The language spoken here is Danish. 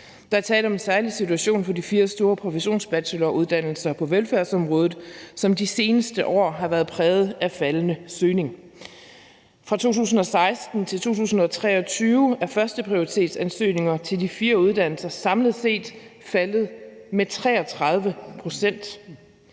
Der er tale om en særlig situation for de fire store professionsbacheloruddannelser på velfærdsområdet, som i de seneste år været præget af en faldende søgning. Fra 2016 til 2023 er førsteprioritetsansøgningerne til de fire uddannelser samlet set faldet med 33 pct.